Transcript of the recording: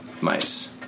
mice